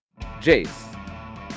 Jace